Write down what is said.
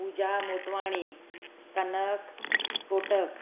Pooja Motwani Kanak Kotak